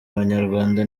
abanyarwanda